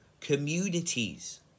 communities